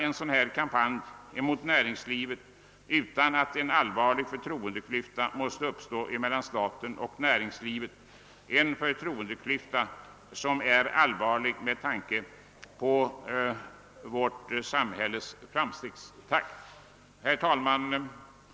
En sådan kampanj mot näringslivet kan inte bedrivas utan att det uppstår en allvarlig förtroendeklyfta mellan staten och näringslivet, och det är allvarligt med tanke på vårt samhälles framstegstakt. Herr talman!